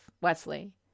Wesley